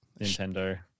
Nintendo